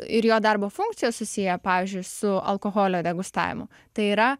ir jo darbo funkcijos susiję pavyzdžiui su alkoholio degustavimu tai yra